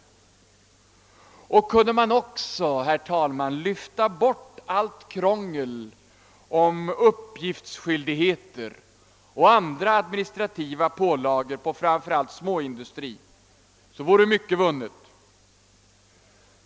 Kunde man också, herr talman, lyfta bort allt krångel med uppgiftsskyldigheter och andra administrativa pålagor, framför allt på småindustrin, vore mycket vunnet.